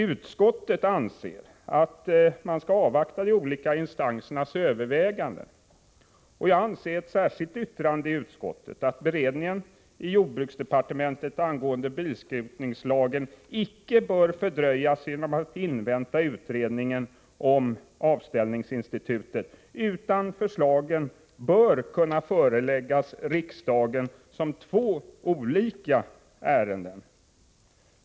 Utskottet anser att man skall avvakta de olika instansernas överväganden. Jag skriver i ett särskilt yttrande i betänkandet, att beredning i jordbruksdepartementet av bilskrotningslagen icke bör fördröjas genom att man inväntar utredningen om avställningsinstitutet, utan att förslagen bör kunna föreläggas riksdagen som två olika ärenden.